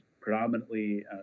predominantly